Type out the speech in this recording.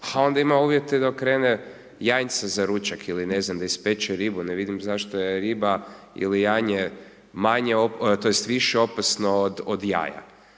a onda ima uvjete da okrene janjca za ručak ili ne znam, da ispeče ribu, ne vidim zašto je riba ili janje manje tj. više opasno od jaja.